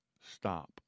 stop